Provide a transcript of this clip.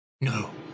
No